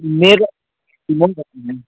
मेरो